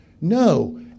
No